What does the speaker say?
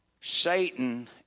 Satan